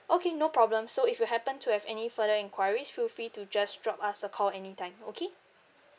okay no problem so if you happen to have any further inquiries feel free to just drop us a call anytime okay